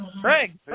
Craig